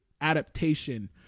adaptation